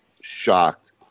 shocked